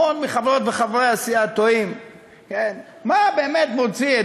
המון מחברות וחברי הסיעה תוהים מה באמת מוציא את